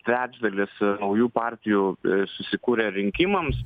trečdalis naujų partijų susikūrė rinkimams